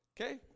Okay